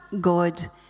God